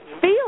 feel